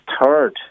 third